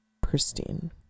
pristine